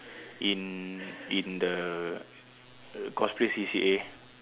in in the cosplay C_C_A